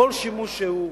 לכל שימוש שהוא,